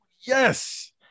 Yes